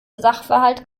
sachverhalt